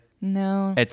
No